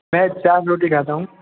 मैं चार रोटी खाता हूँ